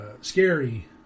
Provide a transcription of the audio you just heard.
scary